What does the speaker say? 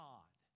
God